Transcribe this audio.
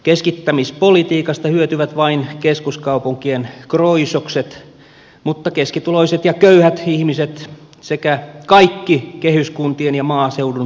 keskittämispolitiikasta hyötyvät vain keskuskaupunkien kroisokset mutta keskituloiset ja köyhät ihmiset sekä kaikki kehyskuntien ja maaseudun asukkaat joutuvat kärsimään